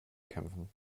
kämpfen